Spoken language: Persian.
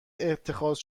اتخاذ